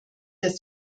dass